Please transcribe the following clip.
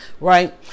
Right